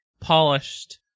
polished